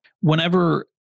Whenever